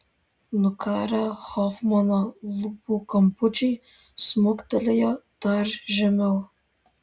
nukarę hofmano lūpų kampučiai smuktelėjo dar žemiau